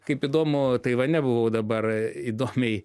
kaip įdomu taivane buvau dabar įdomiai